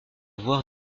voir